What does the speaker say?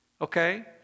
Okay